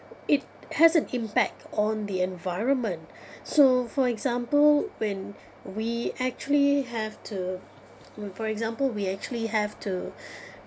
it has an impact on the environment so for example when we actually have to for example we actually have to